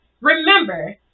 Remember